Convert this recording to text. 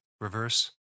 reverse